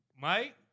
Mike